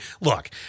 look